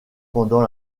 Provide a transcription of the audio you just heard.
pendant